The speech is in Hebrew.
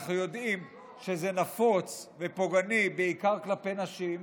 אנחנו יודעים שזה נפוץ ופוגעני בעיקר כלפי נשים,